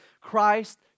Christ